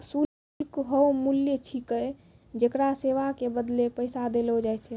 शुल्क हौअ मूल्य छिकै जेकरा सेवा के बदले पैसा देलो जाय छै